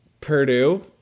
Purdue